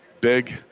big